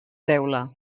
teula